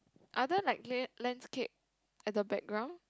other like la~ landscape at the background